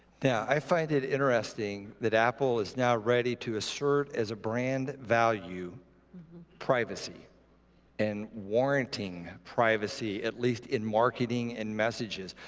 yeah, find it interesting that apple is now ready to assert as a brand value privacy and warranting privacy at least in marketing and messages.